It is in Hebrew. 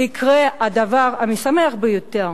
יקרה הדבר המשמח ביותר: